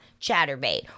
Chatterbait